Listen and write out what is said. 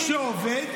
שעובד,